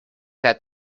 that